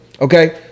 Okay